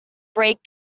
break